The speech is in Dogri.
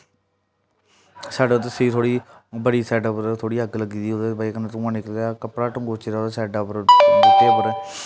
साढ़े उद्धर फ्ही थोह्ड़ी बड़ी साइडा उप्पर थोह्ड़ी अग्ग लग्गी दी ओह्दी बजह कन्नै धुआं निकले दा कपड़ा टंगोचे दा ओह्दी साइडा उप्पर बूह्टे उप्पर